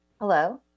Hello